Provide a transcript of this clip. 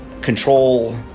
control